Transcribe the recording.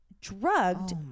drugged